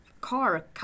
car